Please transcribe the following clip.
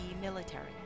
military